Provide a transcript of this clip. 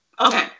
Okay